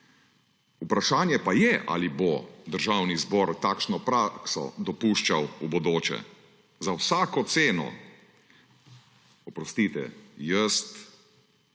Vprašanje pa je, ali bo Državni zbor takšno prakso dopuščal v bodoče za vsako ceno. Oprostite, jaz